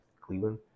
Cleveland